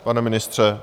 Pane ministře?